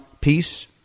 peace